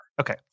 Okay